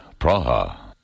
Praha